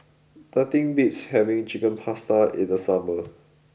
nothing beats having Chicken Pasta in the summer